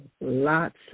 lots